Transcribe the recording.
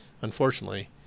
unfortunately